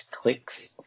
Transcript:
clicks